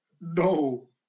No